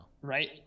right